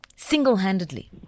single-handedly